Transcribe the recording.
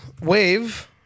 wave